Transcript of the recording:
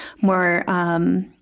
more